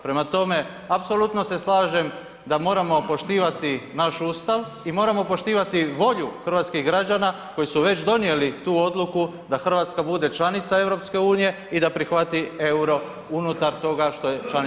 Prema tome, apsolutno se slažem da moramo poštivati naš Ustav i moramo poštivati volju hrvatskih građana koji su već donijeli tu odluku da Hrvatska bude članica EU i da prihvati euro unutar toga što je članica EU.